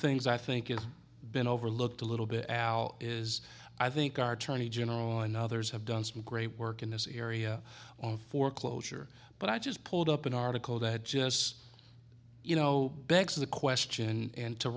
things i think it's been overlooked a little bit al is i think our tourney general and others have done some great work in this area of foreclosure but i just pulled up an article that just you know begs the question and to